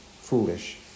Foolish